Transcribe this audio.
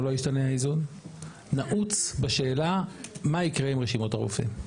לא ישתנה האיזון נעוצה בשאלה מה יקרה עם רשימות הרופאים.